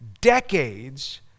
Decades